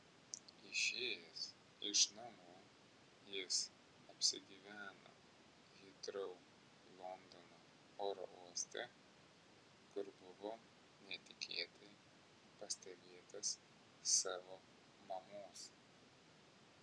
išėjęs iš namų jis apsigyveno hitrou londono oro uoste kur buvo netikėtai pastebėtas savo mamos